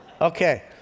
okay